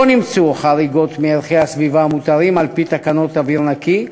לא נמצאו חריגות מערכי הסביבה המותרים על-פי תקנות אוויר נקי.